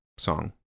Song